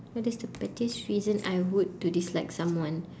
what is the pettiest reason I would to dislike someone